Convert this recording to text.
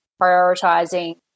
prioritizing